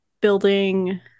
building